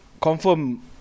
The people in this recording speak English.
confirm